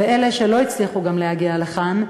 ואלה שלא הצליחו להגיע לכאן,